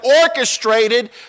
orchestrated